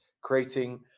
creating